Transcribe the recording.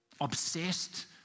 obsessed